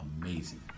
amazing